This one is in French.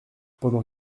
pendant